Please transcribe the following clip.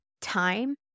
time